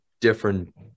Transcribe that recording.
different